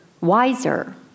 wiser